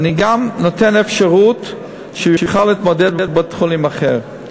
אני גם נותן אפשרות שהוא יוכל להתמודד בבית-חולים אחר.